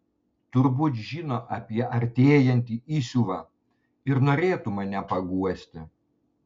turbūt žino apie artėjantį įsiuvą ir norėtų mane paguosti